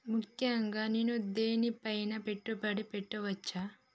ముఖ్యంగా నేను దేని పైనా పెట్టుబడులు పెట్టవచ్చు?